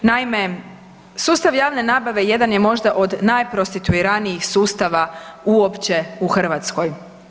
Naime, sustav javne nabave jedan je možda od najprostituiranijih sustava uopće u Hrvatskoj.